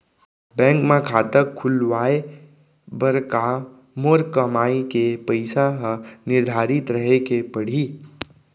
Bank म खाता खुलवाये बर का मोर कमाई के पइसा ह निर्धारित रहे के पड़ही?